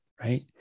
right